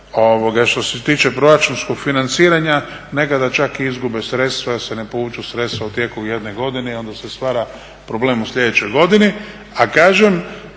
što se tiče proračunskog financiranja nekada čak i izgube sredstva jer se ne povuku sredstva u tijeku jedne godine i onda se stvara problem u sljedećoj godini.